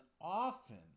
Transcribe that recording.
often